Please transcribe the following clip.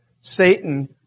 Satan